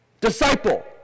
Disciple